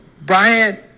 Bryant